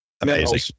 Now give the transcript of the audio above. amazing